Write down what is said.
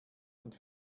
und